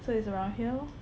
so it's around here lor